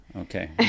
Okay